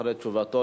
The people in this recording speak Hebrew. אחרי תשובתו,